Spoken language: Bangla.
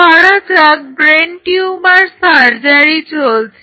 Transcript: ধরা যাক কোনো ব্রেন টিউমার সার্জারি চলছে